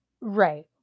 Right